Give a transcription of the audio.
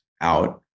out